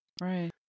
Right